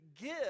give